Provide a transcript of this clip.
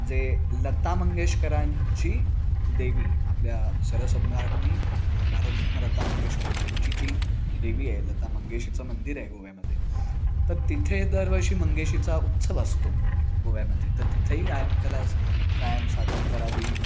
जे लता मंगेशकरांची देवी आपल्या स्वरसम्राज्ञी भारतरत्न लता मंगेशकर यांची ती देवी आहे लता मंगेशीचं मंदिर आहे गोव्यामध्ये तर तिथे दरवर्षी मंगेशीचा उत्सव असतो गोव्यामध्ये तर तिथंही गायनकला कायम सादर करावी